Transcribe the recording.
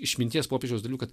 išminties popiežiaus dalių kad